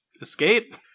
escape